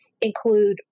include